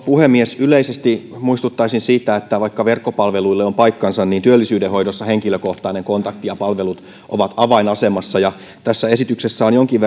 puhemies yleisesti muistuttaisin siitä että vaikka verkkopalveluille on paikkansa niin työllisyyden hoidossa henkilökohtainen kontakti ja palvelut ovat avainasemassa ja tässä esityksessä on jonkin